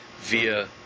via